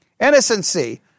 innocency